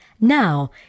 now